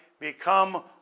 become